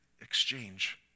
exchange